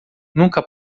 nunca